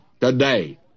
today